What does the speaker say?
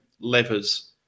levers